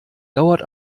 dauert